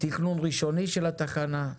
תכנון ראשוני של התחנה,